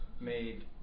made